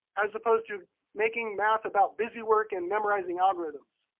as opposed to making math about busy work and memorizing algorithms.